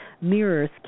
mirrors